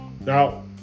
Now